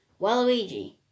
Waluigi